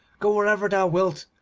go wherever thou wilt,